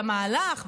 למהלך,